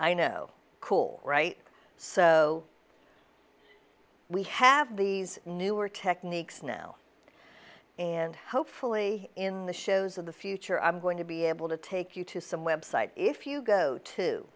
i know cool right so we have these newer techniques now and hopefully in the shows of the future i'm going to be able to take you to some website if you go to